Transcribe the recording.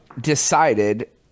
decided